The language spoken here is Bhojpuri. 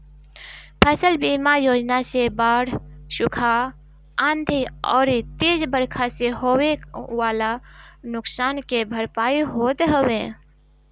फसल बीमा योजना से बाढ़, सुखा, आंधी अउरी तेज बरखा से होखे वाला नुकसान के भरपाई होत हवे